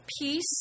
peace